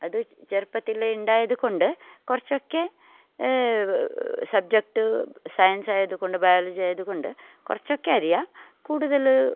അത് ചെറുപ്പത്തിലേ ഉണ്ടായത് കൊണ്ട് കുറച്ചൊക്കെ സബ്ജെക്റ്റ് സയൻസ് ആയത് കൊണ്ട് ബയോളജി ആയത് കൊണ്ട് കുറച്ചൊക്കെ അറിയാം കൂടുതൽ